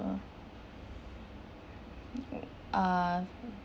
or uh